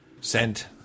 sent